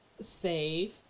save